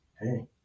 hey